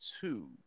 two